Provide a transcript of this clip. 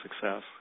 success